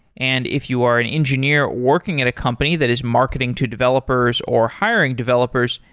and if you are an engineer working at a company that is marketing to developers or hiring developers,